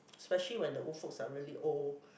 especially when the old folks are really old